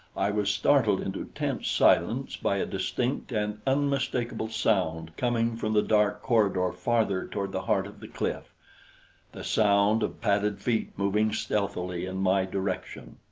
i was startled into tense silence by a distinct and unmistakable sound coming from the dark corridor farther toward the heart of the cliff the sound of padded feet moving stealthily in my direction.